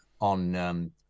on